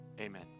Amen